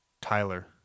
Tyler